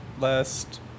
last